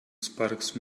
sparked